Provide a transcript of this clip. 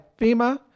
FEMA